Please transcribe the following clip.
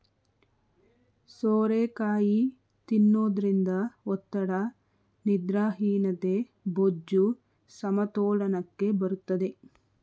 ಸೋರೆಕಾಯಿ ತಿನ್ನೋದ್ರಿಂದ ಒತ್ತಡ, ನಿದ್ರಾಹೀನತೆ, ಬೊಜ್ಜು, ಸಮತೋಲನಕ್ಕೆ ಬರುತ್ತದೆ